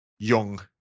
young